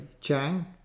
Chang